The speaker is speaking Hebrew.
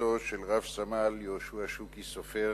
למשפחתו של רב-סמל יהושע שוקי סופר,